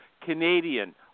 Canadian